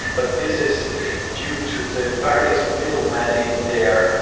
but this is due to the various middlemen in there,